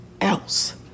else